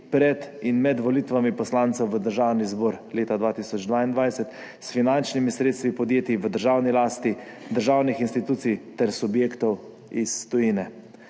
pred in med volitvami poslancev v Državni zbor 2022, s finančnimi sredstvi podjetij v državni lasti, državnih institucij ter subjektov iz tujine.